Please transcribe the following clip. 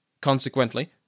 Consequently